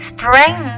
Spring